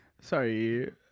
Sorry